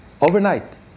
Overnight